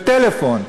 בטלפון,